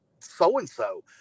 so-and-so